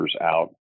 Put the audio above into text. out